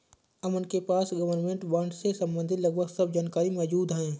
अमन के पास government bond से सम्बंधित लगभग सब जानकारी मौजूद है